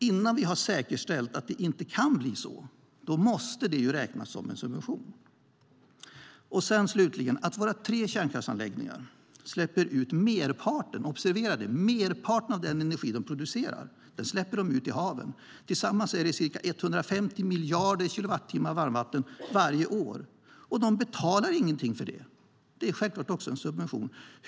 Innan vi har säkerställt att det inte kan bli så måste det räknas som en subvention. Våra tre kärnkraftsanläggningar släpper ut merparten - observera merparten - av den energi de producerar i haven. Tillsammans är det ca 150 miljarder kilowattimmar varmvatten varje år. De betalar ingenting för det. Det är självklart också en subvention.